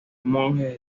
monjes